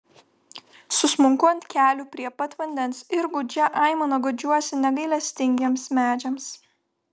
susmunku ant kelių prie pat vandens ir gūdžia aimana guodžiuosi negailestingiems medžiams